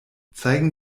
zeigen